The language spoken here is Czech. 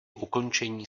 ukončení